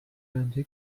رنجه